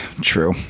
true